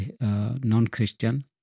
non-Christian